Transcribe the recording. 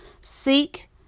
seek